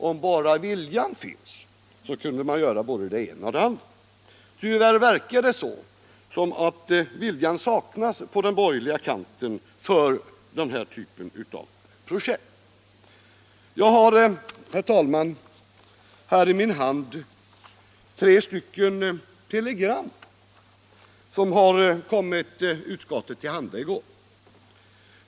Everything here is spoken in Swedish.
Om bara viljan finns så kan man göra både det ena och det andra. Tyvärr verkar det som om viljan saknas på den borgerliga kanten i fråga om den här typen av projekt. Jag har, herr talman, här i min hand tre telegram som kom utskottet till handa i går.